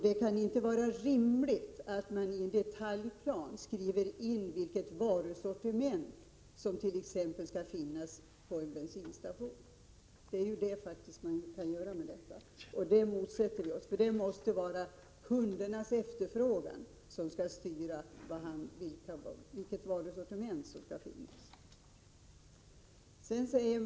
Det kan inte vara rimligt att man i detaljplan skriver in vilket varusortiment som skall finnas t.ex. på en bensinstation — det har man faktiskt möjlighet att göra. Det motsätter vi oss. Det måste vara kundernas efterfrågan som styr varusortimentet.